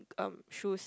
um shoes